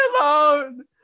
alone